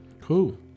Cool